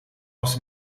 was